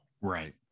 Right